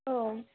औ